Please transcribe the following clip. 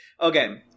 Okay